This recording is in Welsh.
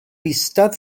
eistedd